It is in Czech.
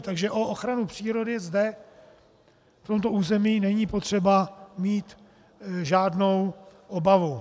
Takže o ochranu přírody zde v tomto území není potřeba mít žádnou obavu.